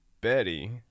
Betty